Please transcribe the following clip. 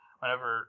whenever